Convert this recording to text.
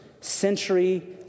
century